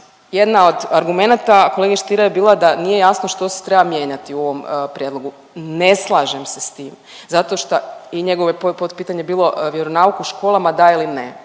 jedna od argumenata kolege Stiera je bila da nije jasno što se treba mijenjati u ovom prijedlogu. Ne slažem se s tim zato šta i njegovo je potpitanje bilo vjeronauk u školama, da ili ne?